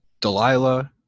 Delilah